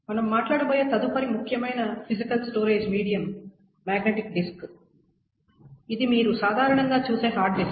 మనం మాట్లాడబోయే తదుపరి ముఖ్యమైన physical storage medium magnetic disk ఇది మీరు సాధారణంగా చూసే హార్డ్ డిస్క్